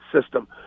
system